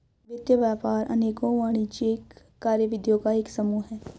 वित्त व्यापार अनेकों वाणिज्यिक कार्यविधियों का एक समूह है